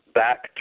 back